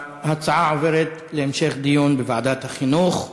ההצעה עוברת להמשך דיון בוועדת החינוך.